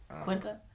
quinta